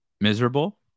miserable